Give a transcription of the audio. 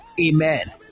Amen